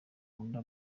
unkunda